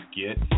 get